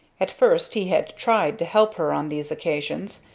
at first he had tried to help her on these occasions,